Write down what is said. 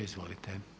Izvolite.